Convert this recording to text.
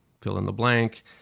fill-in-the-blank